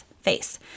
face